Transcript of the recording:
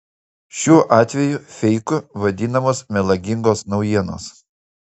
šiuo atveju feiku vadinamos melagingos naujienos